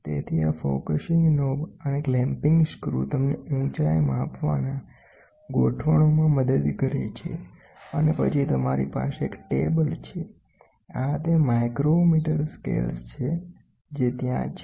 તેથી આ focusing knob અને ક્લેમ્પીંગ સ્ક્રૂ તમને ઉચાઇ માપવાના ગોઠવણોમાં મદદ કરે છે અને પછી તમારી પાસે એક ટેબલ છે આ તે માઇક્રોમીટર સ્કેલૈ છે જે ત્યાં છે